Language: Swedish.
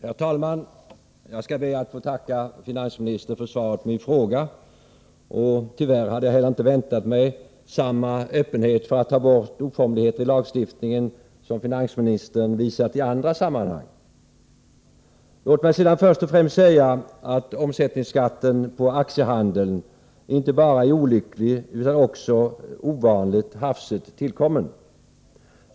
Herr talman! Jag skall be att få tacka finansministern för svaret på min fråga. Tyvärr saknades — jag säger detta trots att jag inte hade väntat mig annat — den öppenhet i fråga om att ta bort oformligheter i lagstiftningen som finansministern visat i andra sammanhang. Låt mig sedan säga att omsättningsskatten på aktiehandeln inte bara är olycklig utan också ovanligt hafsigt tillkommen.